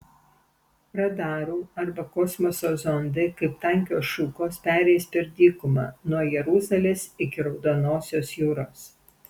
radarų arba kosmoso zondai kaip tankios šukos pereis per dykumą nuo jeruzalės iki raudonosios jūros